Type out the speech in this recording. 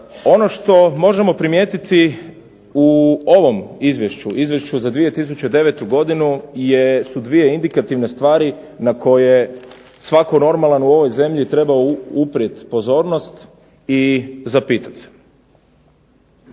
Ono što možemo primijetiti u ovom Izvješću, Izvješću za 2009. godinu su dvije indikativne stvari na koje svako normalan u ovoj zemlji treba uprijeti pozornost i zapitati